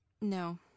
No